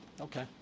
Okay